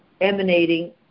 emanating